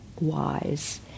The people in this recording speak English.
wise